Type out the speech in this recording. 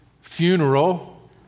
funeral